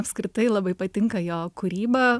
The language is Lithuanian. apskritai labai patinka jo kūryba